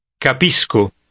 capisco